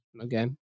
okay